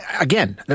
again